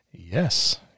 Yes